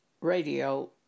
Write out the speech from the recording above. radio